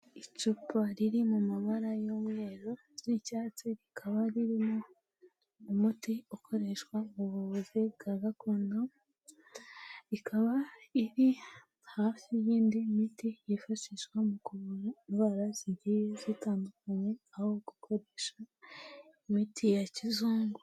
Icupa riri mu mabara y'umweru n'icyatsi rikaba ririmo umuti ukoreshwa mu buvuzi bwa gakondo, ikaba iri hafi y'indi miti yifashishwa mu kuvura indwara zigiye zitandukanye, aho gukoresha imiti ya kizungu.